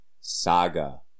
saga